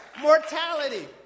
mortality